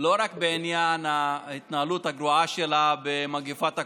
לא רק בעניין ההתנהלות הגרועה שלה במגפת הקורונה.